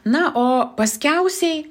na o paskiausiai